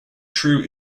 true